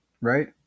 right